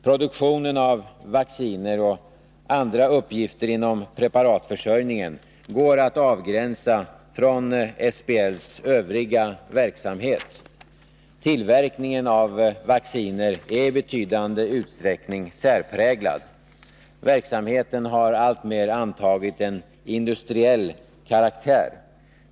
Produktionen av vacciner och andra uppgifter inom preparatförsörjningen går att avgränsa från SBL:s övriga verksamhet. Tillverkningen av vacciner är i betydande utsträckning särpräglad. Verksamheten har alltmer antagit en industriell karaktär.